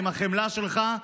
עם החמלה שלך,